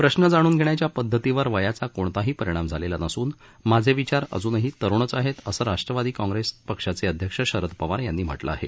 प्रश्न जाणून घेण्याच्या पद्धतीवर वयाचा कोणताही परिणाम झालेला नसून माझे विचार अजुनही तरुणच आहेत असं राष्ट्रवादी कॉंप्रेसक्षाचे अध्यक्ष शरद पवार यांनी म्हटलं आहे